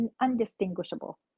undistinguishable